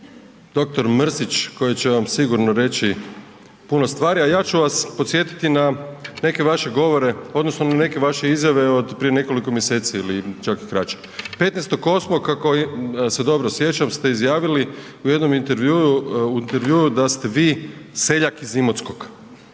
doktor Mrsić koji će vam sigurno reći puno stvari. A ja ću vas podsjetiti na neke vaše govore odnosno na neke vaše izjave od prije nekoliko mjeseci ili čak i kraće. 15.8. ako se dobro sjećam ste izjavili u jednom intervjuu, u intervjuu da ste vi seljak iz Imotskog,